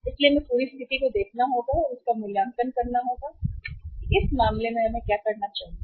इसलिए हमें पूरी स्थिति को देखना और उसका मूल्यांकन करना होगा कि इस मामले में हमें क्या करना चाहिए